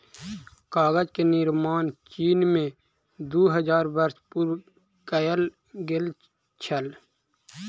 कागज के निर्माण चीन में दू हजार वर्ष पूर्व कएल गेल छल